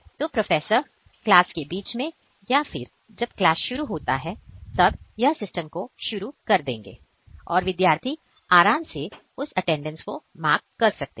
तो professor class के बीच में या फिर जब शुरू होता है तब यह सिस्टम को शुरू कर देंगे और विद्यार्थी आराम से उनकी अटेंडेंस को मार्क कर सकते हैं